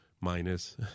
minus